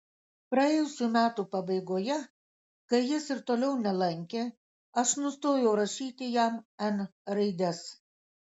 praėjusių metų pabaigoje kai jis ir toliau nelankė aš nustojau rašyti jam n raides